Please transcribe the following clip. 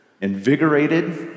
invigorated